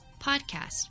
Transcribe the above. podcast